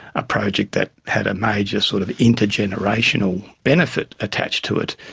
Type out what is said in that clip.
a project that had a major sort of intergenerational benefit attached to it,